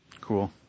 Cool